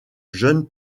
jeunes